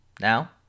Now